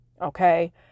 Okay